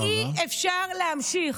ואי-אפשר להמשיך.